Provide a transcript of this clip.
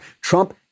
Trump